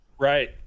Right